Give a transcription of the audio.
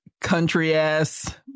country-ass